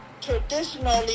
traditionally